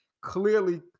clearly